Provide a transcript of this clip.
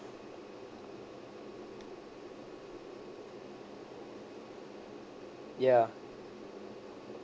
ya